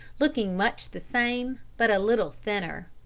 looking much the same but a little thinner.